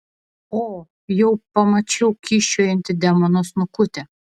o jau pamačiau kyščiojantį demono snukutį